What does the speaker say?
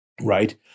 Right